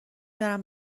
برم